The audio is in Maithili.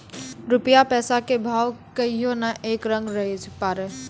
रूपया पैसा के भाव कहियो नै एक रंग रहै पारै